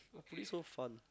it is so fun